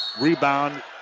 Rebound